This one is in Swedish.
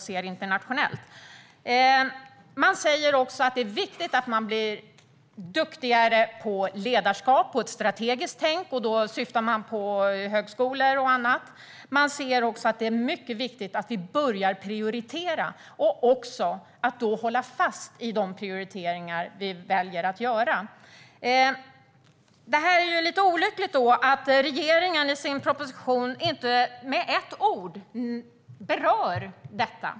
De säger också att det är viktigt att man blir duktigare på ledarskap och på strategiskt tänk, och då syftar de på högskolor och annat. De säger också att det är mycket viktigt att vi börjar prioritera och håller fast vid de prioriteringar vi väljer att göra. Det är lite olyckligt att regeringen i sin proposition inte med ett ord berör detta.